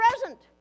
present